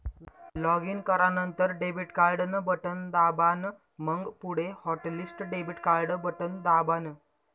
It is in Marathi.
लॉगिन करानंतर डेबिट कार्ड न बटन दाबान, मंग पुढे हॉटलिस्ट डेबिट कार्डन बटन दाबान